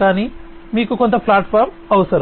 కానీ మీకు కొంత ప్లాట్ఫాం అవసరం